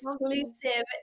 exclusive